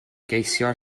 geisio